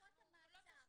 אני גם לא מנהלת משפט, לא.